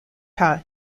par